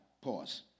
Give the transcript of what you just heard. pause